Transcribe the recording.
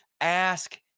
ask